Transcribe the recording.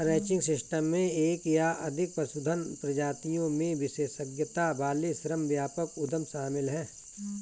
ranching system में एक या अधिक पशुधन प्रजातियों में विशेषज्ञता वाले श्रम व्यापक उद्यम शामिल हैं